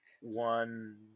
One